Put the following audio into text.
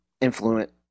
influence